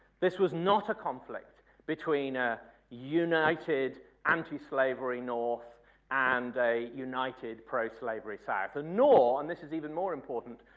this was not a conflict between a united anti-slavery north and a united pro-slavery south. and nor, and this is even more important,